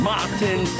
Martin